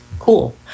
cool